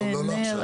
לא עכשיו.